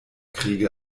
kriege